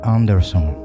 Anderson